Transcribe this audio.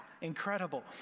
Incredible